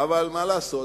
אבל מה לעשות,